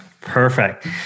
perfect